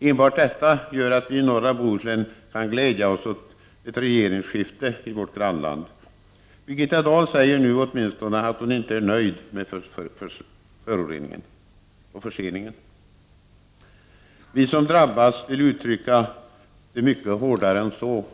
Enbart detta gör att vi i norra Bohuslän kan glädja oss åt ett regeringsskifte i vårt grannland. Birgitta Dahl säger nu åtminstone att hon inte är nöjd med förseningen. Vi som drabbats vill uttrycka det mycket hårdare än så.